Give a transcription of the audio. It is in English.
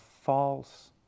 false